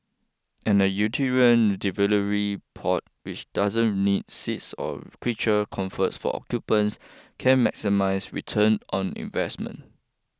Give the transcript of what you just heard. and a utilitarian delivery pod which doesn't need seats or creature comforts for occupants can maximise return on investment